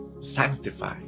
sanctify